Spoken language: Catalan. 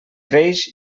creix